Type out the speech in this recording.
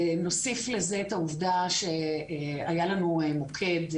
נוסיף לזה את העובדה שהיה לנו מוקד,